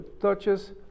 touches